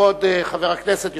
כבוד חבר הכנסת,